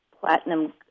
platinum